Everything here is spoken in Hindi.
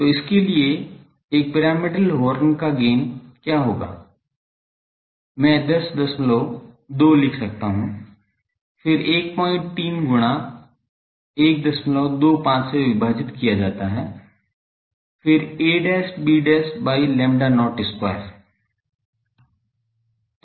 तो इसके लिए एक पिरामिडल हॉर्न का गेन क्या होगा मैं 102 लिख सकता हूं फिर 13 गुणा 125 से विभाजित किया जाता है फिर ab by lambda not square